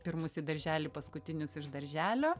pirmus į darželį paskutinius iš darželio